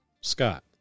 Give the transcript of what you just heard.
scott